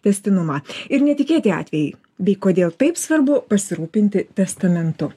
tęstinumą ir netikėti atvejai bei kodėl taip svarbu pasirūpinti testamentu